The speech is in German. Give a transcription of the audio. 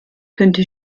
könnte